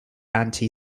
anti